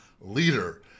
leader